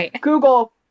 Google